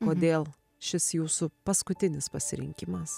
kodėl šis jūsų paskutinis pasirinkimas